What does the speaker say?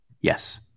Yes